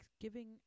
giving